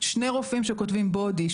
שני רופאים שכותבים Body,